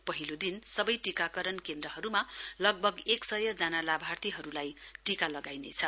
उदघाटन दिवसमा सबै टिकाकरण केन्द्रहरूमा लगभग एक सय जना लाभार्थीहरूलाई टीका लगाइनेछ